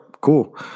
cool